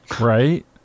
Right